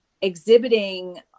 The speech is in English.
exhibiting